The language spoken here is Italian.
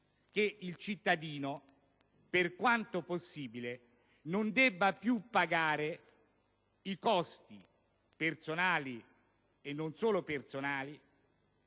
che il cittadino, per quanto possibile, non debba più pagare i costi personali, e non solo personali,